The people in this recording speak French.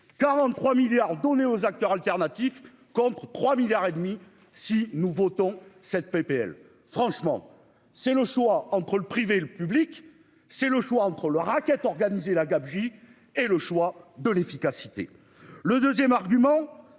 43 milliards donnés aux acteurs alternatifs, contre 3 milliards et demi si nous votons cette PPL franchement c'est le choix entre le privé et le public, c'est le choix entre le racket organisé la gabegie et le choix de l'efficacité. Le 2ème argument